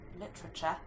literature